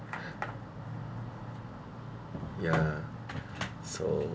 ya so